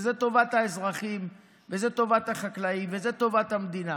שזה טובת האזרחים והחקלאים וזה טובת המדינה.